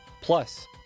plus